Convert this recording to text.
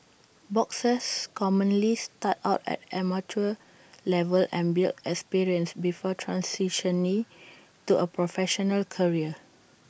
boxers commonly start out at amateur level and build experience before transitioning to A professional career